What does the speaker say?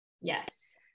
Yes